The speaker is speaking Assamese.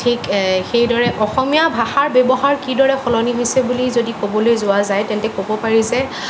ঠিক সেইদৰে অসমীয়া ভাষাৰ ব্যৱহাৰ কিদৰে সলনি হৈছে বুলি যদি ক'বলৈ যোৱা যায় তেন্তে ক'ব পাৰি যে